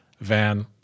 Van